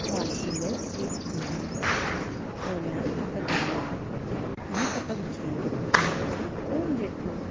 तो आशिल्लो एक हुंदीर कोल्यान ताका धरलो आनी ताका विचारलें कोण रे तूं